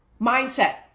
Mindset